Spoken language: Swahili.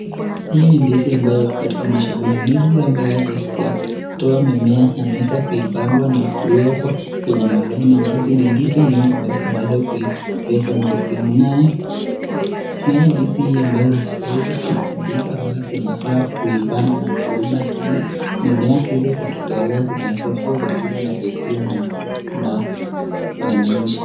Hii ni ndizi ambayo iko katika mashamba ndizi ambayo imetoa mimea imeweza kuipangwa na kuwekwa kwenye malaini ambazo ni ndizi mingi ambazo zimeweza kuwekwa na mkulima naye. Naye ndizi hii ambayo imeweza ku ndizi ambayo inafaa kuibanwa na mkulima ili mimea hizo zikitolea zinaweza kuwa vizuri na kuikula na na mwananchi.